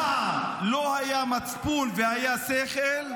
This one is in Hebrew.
פעם לא היה מצפון והיה שכל,